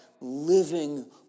living